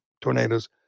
tornadoes